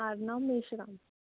आडनाव मेश्राम